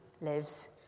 lives